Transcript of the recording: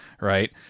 right